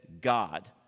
God